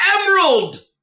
emerald